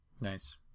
Nice